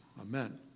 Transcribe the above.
Amen